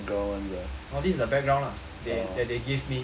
oh this is the background lah they that they give me